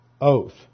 oath